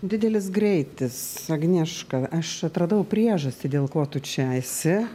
didelis greitis agnieška aš atradau priežastį dėl ko tu čia esi